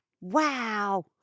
Wow